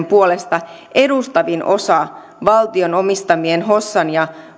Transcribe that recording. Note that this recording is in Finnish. puolesta edustavin osa valtion omistamien hossan ja